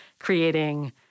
creating